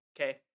Okay